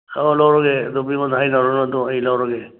ꯑꯧ ꯂꯧꯔꯒꯦ ꯑꯗꯨ ꯃꯤꯉꯣꯟꯗ ꯍꯥꯏꯅꯔꯨꯅꯔꯨ ꯑꯗꯨ ꯑꯩ ꯂꯧꯔꯒꯦ